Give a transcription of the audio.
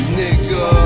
nigga